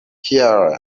here